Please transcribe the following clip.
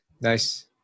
nice